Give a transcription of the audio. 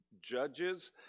Judges